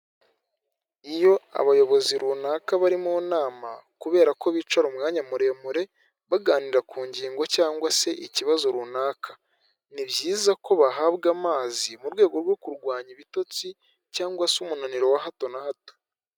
Iyo abayobozi runaka bari mu nama kubera ko bicara umwanya muremure baganira ku ngingo cyangwa se ikibazo runaka, ni byiza ko bahabwa amazi mu rwego rwo kurwanya ibitotsi cyangwa se umunaniro wa hato na hato.